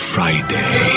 Friday